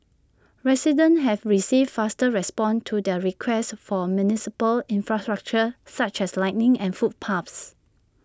residents have received faster responses to their requests for municipal infrastructure such as lighting and footpaths